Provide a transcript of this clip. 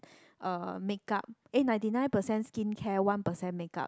uh makeup eh ninety nine percent skincare one percent makeup